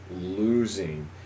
losing